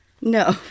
No